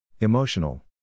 Emotional